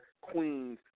queens